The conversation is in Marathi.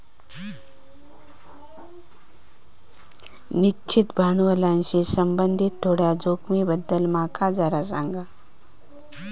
निश्चित भांडवलाशी संबंधित थोड्या जोखमींबद्दल माका जरा सांग